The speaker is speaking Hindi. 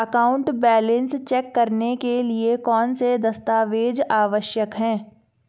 अकाउंट बैलेंस चेक करने के लिए कौनसे दस्तावेज़ आवश्यक हैं?